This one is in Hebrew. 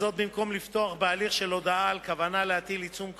במקום לפתוח בהליך של הודעה על כוונה להטיל עיצום כספי.